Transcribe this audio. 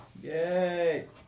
Yay